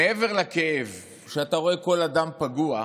מעבר לכאב כשאתה רואה כל אדם פגוע,